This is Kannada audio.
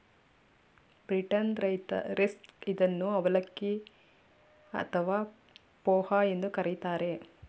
ಬೀಟನ್ನ್ ರೈಸ್ ಇದನ್ನು ಅವಲಕ್ಕಿ ಅಥವಾ ಪೋಹ ಎಂದು ಕರಿತಾರೆ